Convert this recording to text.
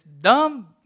dumb